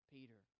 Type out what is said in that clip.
Peter